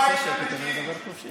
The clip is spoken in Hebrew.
זאב, אם לא היית מכיר,